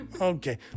Okay